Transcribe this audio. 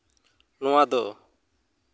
ᱱᱚᱣᱟᱫᱚ